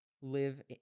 live